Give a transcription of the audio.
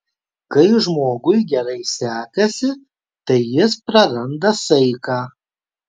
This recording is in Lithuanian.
kai žmogui gerai sekasi tai jis praranda saiką